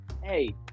Hey